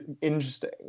interesting